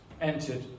entered